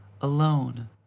alone